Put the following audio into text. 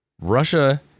Russia